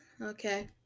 okay